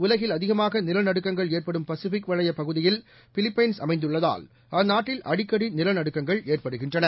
உலகில் அதிகமாகநிலநடுக்கங்கள் ஏற்படும் பசிபிக் வளையப் பகுதியில் பிலிப்பைன்ஸ் அமைந்துள்ளதால் அந்நாட்டில் அடிக்கடிநிலநடுக்கங்கள் ஏற்படுகின்றன